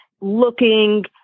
looking